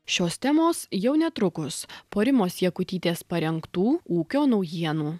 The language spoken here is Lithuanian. šios temos jau netrukus po rimos jakutytės parengtų ūkio naujienų